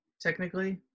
technically